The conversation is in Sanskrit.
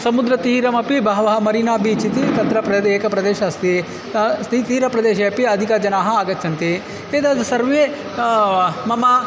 समुद्रतीरमपि बहवः मरीना बीच् इति तत्र प्रदेशे एकः प्रदेशः अस्ति अस्ति तीरप्रदेशे अपि अधिकजनाः आगच्छन्ति एतत् सर्वे मम